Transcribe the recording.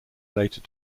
related